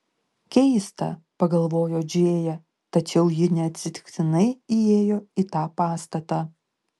keista pagalvojo džėja tačiau ji neatsitiktinai įėjo į tą pastatą